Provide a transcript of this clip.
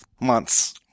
months